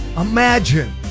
Imagine